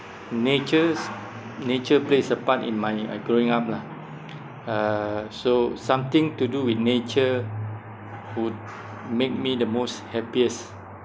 nature's nature plays apart in my uh growing up lah uh so something to do with nature would make me the most happiest